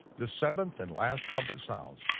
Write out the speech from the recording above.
the seventh and last trumpet sounds,